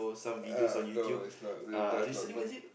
ah no it's not it that's not me